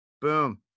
Boom